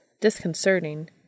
disconcerting